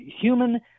human